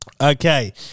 Okay